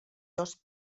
dos